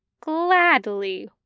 Gladly